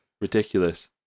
Ridiculous